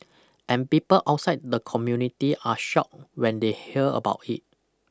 and people outside the community are shocked when they hear about it